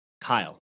Kyle